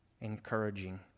encouraging